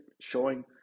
showing